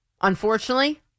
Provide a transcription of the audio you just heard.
Unfortunately